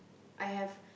I have